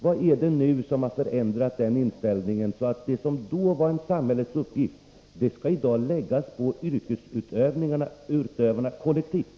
Varför har regeringen ändrat sin inställning, eftersom det som tidigare var en samhällets uppgift i dag skall läggas på yrkesutövarna kollektivt?